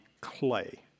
clay